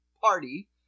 party